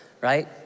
right